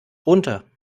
runter